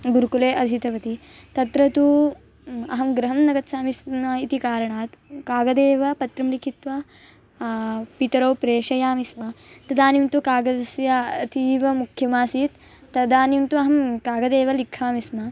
गुरुकुले अधीतवती तत्र तु अहं गृहं न गच्छामि स्म इति कारणात् कागदेव पत्रं लिखित्वा पितरौ प्रेषयामि स्म तदानीं तु कागदस्य अतीव मुख्यमासीत् तदानीं तु अहं कागदेव लिखामि स्म